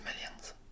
millions